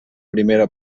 primera